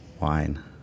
wine